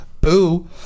boo